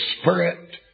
Spirit